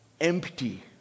empty